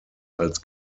als